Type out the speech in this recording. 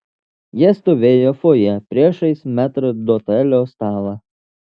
jie stovėjo fojė priešais metrdotelio stalą